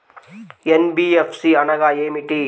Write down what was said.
NBFC అనగా ఏమిటీ?